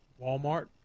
Walmart